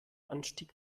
anstieg